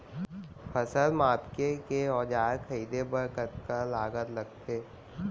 फसल मापके के औज़ार खरीदे बर कतका लागत लगथे?